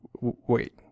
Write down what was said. Wait